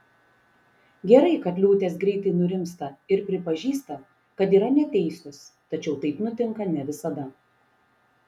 gerai kad liūtės greitai nurimsta ir pripažįsta kad yra neteisios tačiau taip nutinka ne visada